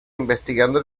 investigando